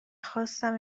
خواستم